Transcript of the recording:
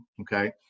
Okay